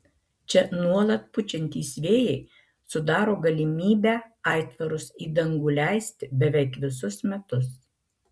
čia nuolat pučiantys vėjai sudaro galimybę aitvarus į dangų leisti beveik visus metus